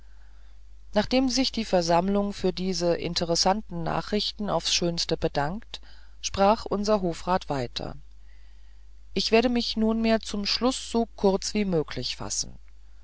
nachdem sich die versammlung für diese interessanten nachrichten aufs schönste bedankt sprach unser hofrat weiter ich werde mich nunmehr zum schluß so kurz wie möglich fassen